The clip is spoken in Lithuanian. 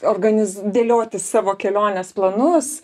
organiz dėliotis savo kelionės planus